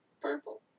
Purple